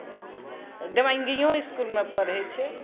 देवाङ्गिओ इस्कुलमे पढ़ै छै